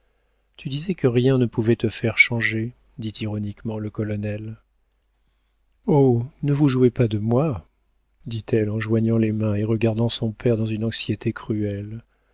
tu disais que rien ne pouvait te faire changer dit ironiquement le colonel oh ne vous jouez pas de moi dit-elle en joignant les mains et regardant son père dans une anxiété cruelle